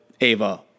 Ava